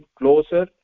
closer